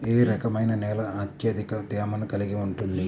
ఏ రకమైన నేల అత్యధిక తేమను కలిగి ఉంటుంది?